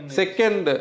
second